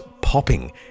popping